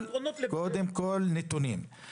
קודם כול נתונים.